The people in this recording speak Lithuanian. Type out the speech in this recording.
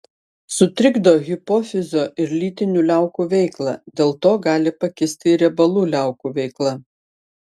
sutrikdo hipofizio ir lytinių liaukų veiklą dėl to gali pakisti ir riebalų liaukų veikla